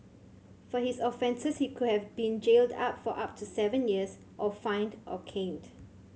for his offences he could have been jailed up for up to seven years or fined or caned